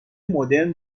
مدرن